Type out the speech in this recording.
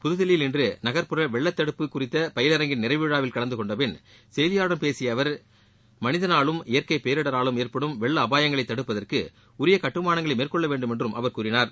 புதுதில்லியில் இன்று நகர்புற வெள்ள தடுப்பு குறித்த பயிலரங்கின் நிறைவு விழாவில் கலந்துகொண்டபின் செய்தியாளர்களிடம் பேசிய அவர் மனிதனாலும் இயற்கை பேரிடராலும் ஏற்படும் வெள்ள அபாயங்களை தடுப்பதற்கு உரிய கட்டுமானங்களை மேற்கொள்ள வேண்டும் என்றும் அவர் கூறினார்